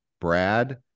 Brad